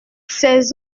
ses